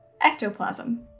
ectoplasm